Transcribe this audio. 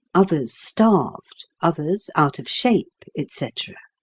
others starved, others out of shape, etc.